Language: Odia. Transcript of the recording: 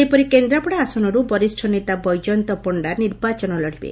ସେହିପରି କେନ୍ଦ୍ରାପଡ଼ା ଆସନରୁ ବରିଷ୍ଚ ନେତା ବୈଜୟନ୍ତ ପଶ୍ରା ନିର୍ବାଚନ ଲଢ଼ିବେ